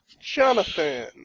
Jonathan